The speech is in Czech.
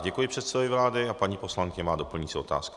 Děkuji předsedovi vlády a paní poslankyně má doplňující otázku.